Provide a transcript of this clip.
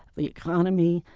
the economy,